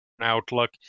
outlook